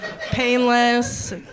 painless